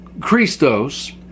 Christos